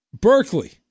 Berkeley